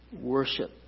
Worship